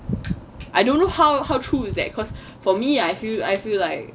I don't know how how true is that cause for me I feel I feel like